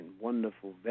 wonderful